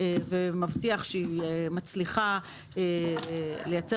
ומבטיח שהיא מצליחה לייצר